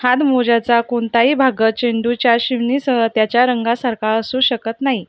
हातमोज्याचा कोणताही भाग चेंडूच्या शिवणीसह त्याच्या रंगासारखा असू शकत नाही